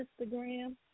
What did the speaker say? Instagram